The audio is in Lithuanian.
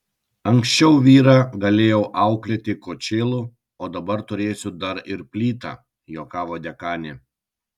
anksčiau vyrą galėjau auklėti kočėlu o dabar turėsiu dar ir plytą juokavo dekanė